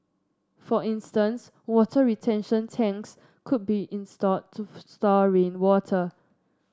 for instance water retention tanks could be installed to store rainwater